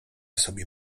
sobie